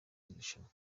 irushanwa